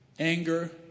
Anger